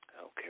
Okay